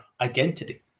identity